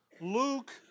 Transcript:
Luke